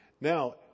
Now